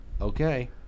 Okay